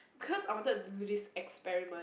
cause I wanted to do this experiment